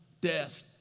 death